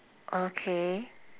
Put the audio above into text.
okay